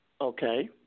Okay